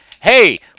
hey